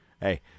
Hey